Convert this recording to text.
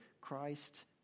Christ